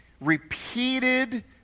repeated